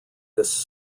this